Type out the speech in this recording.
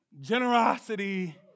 Generosity